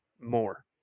more